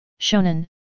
shonen